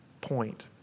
point